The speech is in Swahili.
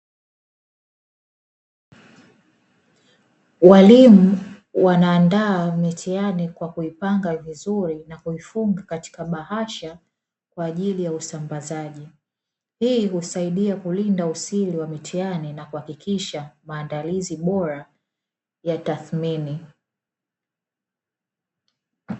Walimu wanaandaa mitihani kwa kuipanga vizuri na kuifunga katika bahasha kwa ajili ya usambazaji, hii husaidia kulinda usiri wa mitihani na kuhakikisha maandalizi bora ya tathmini.